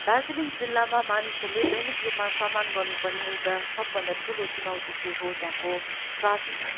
दार्जिलिङ जिल्लामा मानिसहरूले दैनिक रूपमा समाना गर्नु पर्ने एउटा सबभन्दा ठुलो चुनौती चाहिँ हो त्यहाँको ट्राफिक